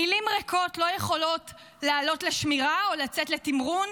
מילים ריקות לא יכולות לעלות לשמירה או לצאת לתמרון,